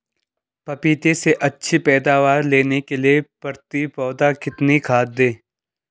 पपीते से अच्छी पैदावार लेने के लिए प्रति पौधा कितनी खाद दें?